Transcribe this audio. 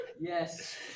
yes